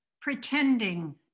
pretending